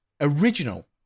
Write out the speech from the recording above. original